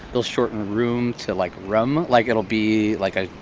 they'll shorten room to, like, rum. like, it'll be like a,